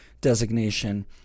designation